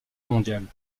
mondiale